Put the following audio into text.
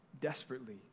desperately